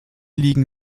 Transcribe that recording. liegen